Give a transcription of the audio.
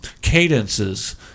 cadences